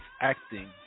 acting